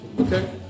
okay